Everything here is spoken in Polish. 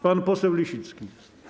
Pan poseł Lisicki.